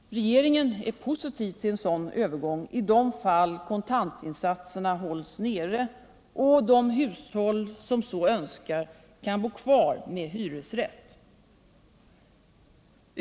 Regeringen är positiv till en sådan övergång i de fall kontantinsatserna hålls nere och de hushåll som så önskar kan bo kvar med hyresrätt.